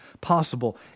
possible